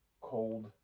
cold